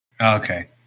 Okay